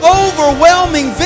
overwhelming